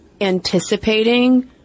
anticipating